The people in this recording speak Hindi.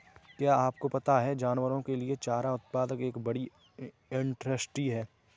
क्या आपको पता है जानवरों के लिए चारा उत्पादन एक बड़ी इंडस्ट्री है?